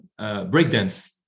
breakdance